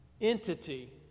entity